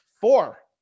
Four